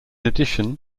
addition